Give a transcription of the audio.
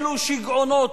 אלה שיגעונות.